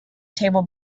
table